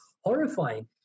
horrifying